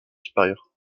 supérieur